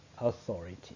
authority